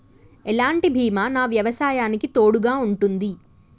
ఎలాంటి బీమా నా వ్యవసాయానికి తోడుగా ఉంటుంది?